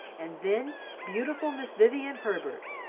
and then beautiful miss vivian herbert,